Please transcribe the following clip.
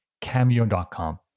Cameo.com